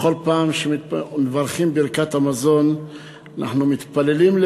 ובכל פעם שמברכים ברכת המזון מתפללים על